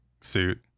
suit